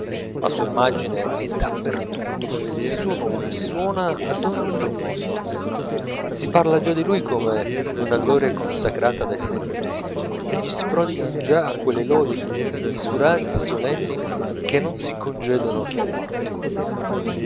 la sua immagine è da per tutto il suo nome suona ad ogni proposito si parla già di lui come d'una gloria consacrata dai secoli e gli si prodigan già quelle lodi smisurate e solenni che non si concedono che ai morti